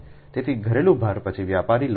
તેથી ઘરેલું ભાર પછી વ્યાપારી લોડ